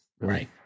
Right